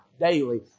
daily